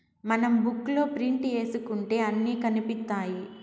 మనం బుక్ లో ప్రింట్ ఏసుకుంటే అన్ని కనిపిత్తాయి